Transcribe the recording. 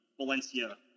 Valencia